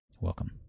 welcome